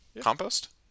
Compost